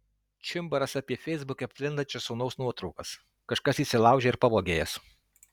čimbaras apie feisbuke plintančias sūnaus nuotraukas kažkas įsilaužė ir pavogė jas